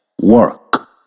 work